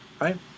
right